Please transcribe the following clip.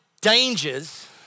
dangers